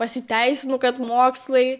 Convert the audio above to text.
pasiteisinu kad mokslai